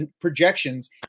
projections